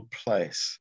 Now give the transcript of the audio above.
place